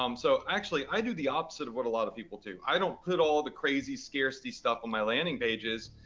um so actually, i do the opposite of what a lot of people do. i don't put all the crazy scarcity stuff on my landing pages,